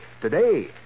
today